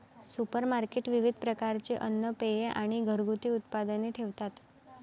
supermarket विविध प्रकारचे अन्न, पेये आणि घरगुती उत्पादने ठेवतात